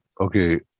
okay